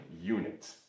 unit